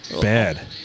Bad